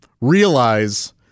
realize